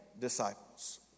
disciples